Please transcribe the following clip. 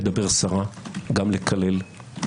מדבר סרה, גם לקלל.